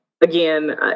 again